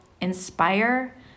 inspire